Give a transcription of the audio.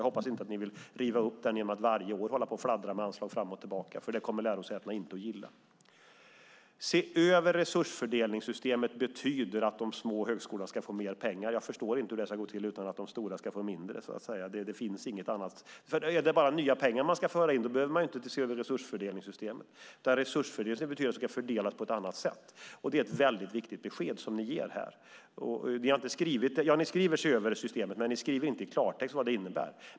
Jag hoppas att ni inte vill riva upp detta genom att varje år fladdra med anslag fram och tillbaka. Det kommer lärosätena inte att gilla. När det gäller att detta med att se över resursfördelningssystemet betyder att de små högskolorna ska få mer pengar förstår jag inte hur det ska gå till utan att de stora ska få mindre. Är det bara nya pengar som ska föras in behöver man inte se över resursfördelningssystemet. Resursfördelning betyder att det ska fördelas på ett annat sätt. Det är ett väldigt viktigt besked ni här ger. Ni skriver om att se över systemet men skriver inte i klartext vad det innebär.